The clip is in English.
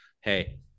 hey